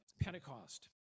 Pentecost